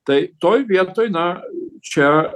tai toj vietoj na čia